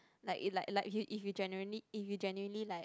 like if you generally if you generally like